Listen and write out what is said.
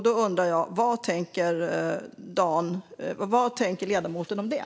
Då undrar jag: Vad tänker ledamoten om det?